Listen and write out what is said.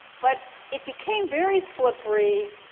but it became very slippery,